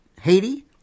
Haiti